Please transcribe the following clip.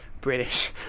British